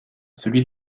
celui